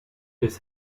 his